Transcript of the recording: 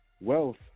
wealth